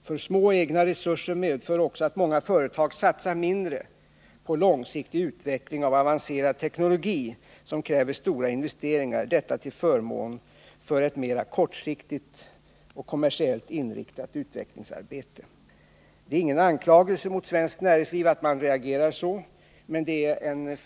Alltför små egna resurser medför också att många företag satsar mindre på långsiktig utveckling av avancerad teknologi, som kräver stora investeringar, detta till förmån för ett mera kortsiktigt och kommersiellt inriktat utvecklingsarbete. Det är ingen anklagelse mot svenskt näringsliv att man reagerar så, men det är